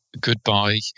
goodbye